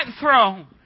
throne